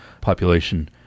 population